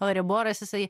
euriboras jisai